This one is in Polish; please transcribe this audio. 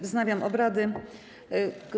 Wznawiam obrady.